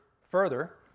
further